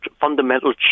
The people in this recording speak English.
fundamental